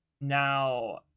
Now